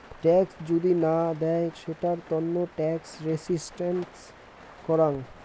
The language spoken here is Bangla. ট্যাক্স যদি না দেয় সেটার তন্ন ট্যাক্স রেসিস্টেন্স করাং